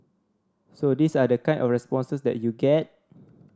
so these are the kind of responses that you get